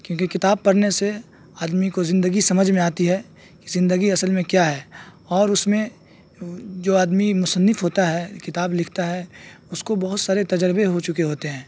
کیونکہ کتاب پڑھنے سے آدمی کو زندگی سمجھ میں آتی ہے کہ زندگی اصل میں کیا ہے اور اس میں جو آدمی مصنف ہوتا ہے کتاب لکھتا ہے اس کو بہت سارے تجربے ہو چکے ہوتے ہیں